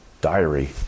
diary